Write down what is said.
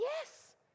yes